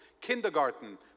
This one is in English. kindergarten